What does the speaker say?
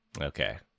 Okay